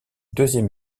deuxième